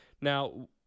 Now